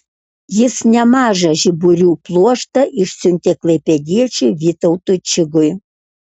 jis nemažą žiburių pluoštą išsiuntė klaipėdiečiui vytautui čigui